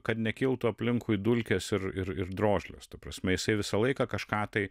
kad nekiltų aplinkui dulkės ir ir drožlės ta prasme jisai visą laiką kažką tai